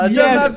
yes